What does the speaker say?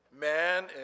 Man